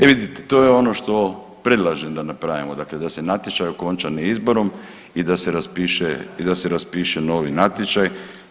E vidite, to je ono što predlažem da napravimo, dakle da se natječaj okonča na izborom i da se raspiše i da se raspiše novi natječaj.